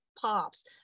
pops